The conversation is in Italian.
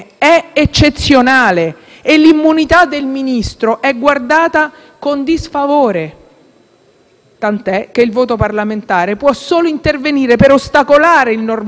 Tant'è che il voto parlamentare può solo intervenire per ostacolare il normale *iter* di giudizio sulla condotta del Ministro da parte del giudice. Come sottolineato